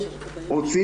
זה מטורף.